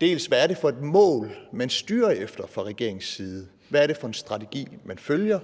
dels hvad det er for et mål, man styrer efter fra regeringens side, dels hvad det er for en strategi, man følger,